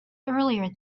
earlier